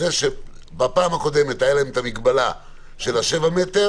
בפעם הקודמת הייתה להם את המגבלה של שבעה מטרים